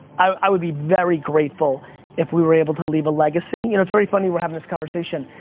i would be very grateful if we were able to leave a legacy. you know, it's very funny we're having this conversation.